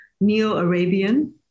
Neo-Arabian